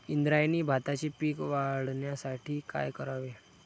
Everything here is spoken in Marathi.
इंद्रायणी भाताचे पीक वाढण्यासाठी काय करावे?